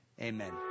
Amen